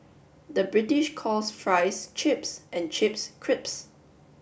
the British calls fries chips and chips crisps